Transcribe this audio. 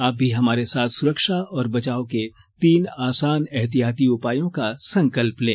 आप भी हमारे साथ सुरक्षा और बचाव के तीन आसान एहतियाती उपायों का संकल्प लें